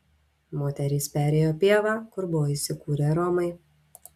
moterys perėjo pievą kur buvo įsikūrę romai